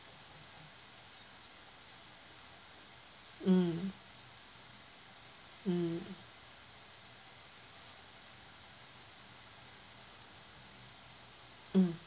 mm mm mm